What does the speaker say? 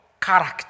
Character